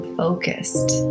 focused